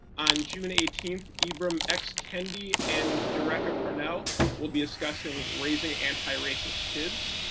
on june eighteenth, ibram xkendi and derecka purnell will be discussing raising antiracist kids.